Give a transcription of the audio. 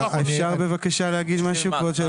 כבוד היושב ראש, אפשר בבקשה להגיד משהו?